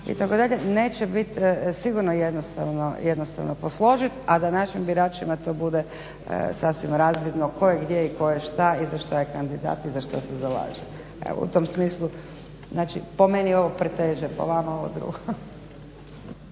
itd. Neće bit sigurno jednostavno posložit, a da našim biračima to bude sasvim razvidno tko je gdje i tko je šta i za što je kandidat i za što se zalaže. Evo u tom smislu, znači po meni ovo preteže, po vama ovo drugo.